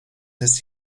des